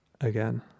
again